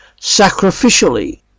sacrificially